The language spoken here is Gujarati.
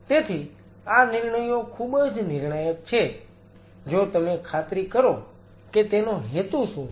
તેથી આ નિર્ણયો ખૂબ જ નિર્ણાયક છે જો તમે ખાતરી કરો કે તેનો હેતુ શું છે